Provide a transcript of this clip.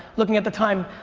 looking at the time,